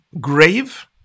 grave